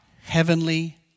heavenly